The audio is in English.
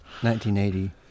1980